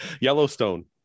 Yellowstone